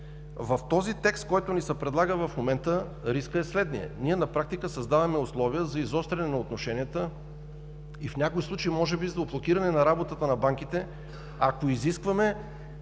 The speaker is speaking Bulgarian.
В този текст, който ни се предлага в момента, рискът е следният: ние на практика създаваме условия за изостряне на отношенията и в някои случаи може би за блокиране на работата на банките, ако изискваме